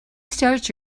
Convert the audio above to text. start